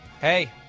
hey